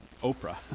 Oprah